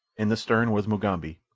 in the stern was mugambi,